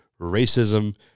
racism